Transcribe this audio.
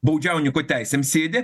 baudžiauniko teisėm sėdi